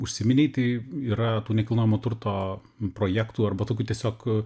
užsiminei tai yra tų nekilnojamo turto projektų arba tokių tiesiog